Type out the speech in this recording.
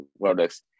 products